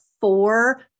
four